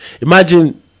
imagine